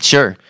Sure